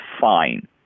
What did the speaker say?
fine